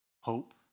Hope